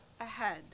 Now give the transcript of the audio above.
ahead